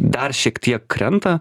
dar šiek tiek krenta